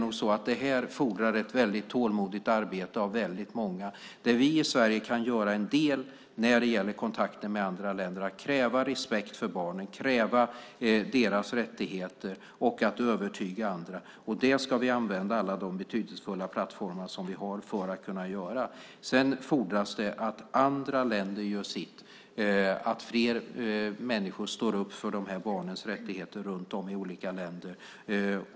Detta fordrar ett väldigt tålmodigt arbete av väldigt många, där vi i Sverige kan göra en del när det gäller kontakter med andra länder: kräva respekt för barnen, kräva deras rättigheter och övertyga andra. Det ska vi använda alla våra betydelsefulla plattformar för att göra. Sedan fordras det att andra länder gör sitt och att fler människor står upp för barnens rättigheter runt om i olika länder.